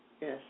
yes